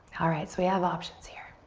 alright, so we have options here.